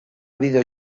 bideo